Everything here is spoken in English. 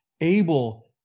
able